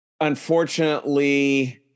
Unfortunately